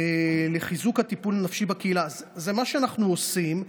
לחיזוק הטיפול הנפשי בקהילה, זה מה שאנחנו עושים.